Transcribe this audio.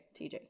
TJ